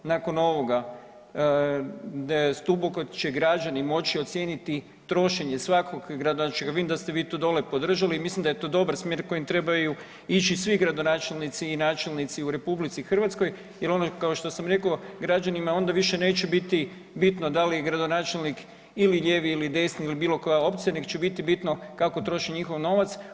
Nakon ovoga stubokom će građani moći ocijeniti trošenje svakog … vidim da ste vi to dole podržali i mislim da je to dobar smjer kojim trebaju ići svi gradonačelnici i načelnici u RH jel kao što sam rekao građanima onda više neće biti bitno da li je gradonačelnik ili lijevi ili desni ili bilo koja opcija nego će biti bitno kako troši njihov novac.